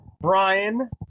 Brian